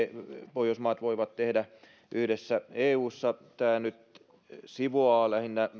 pohjoismaat voivat tehdä yhdessä eussa tämä nyt lähinnä sivuaa